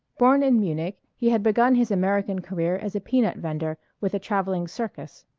born in munich he had begun his american career as a peanut vender with a travelling circus.